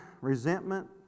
resentment